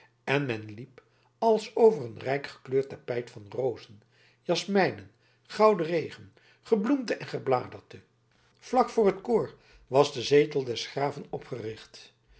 en men liep als over een rijkgekleurd tapijt van rozen jasmijnen gouden regen gebloemte en gebladerte vlak voor het koor was de zetel des graven opgericht